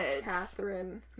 Catherine